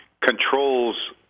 controls